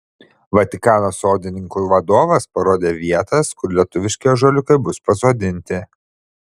vatikano sodininkų vadovas parodė vietas kur lietuviški ąžuoliukai bus pasodinti